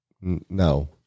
No